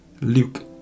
Luke